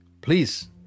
please